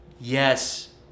yes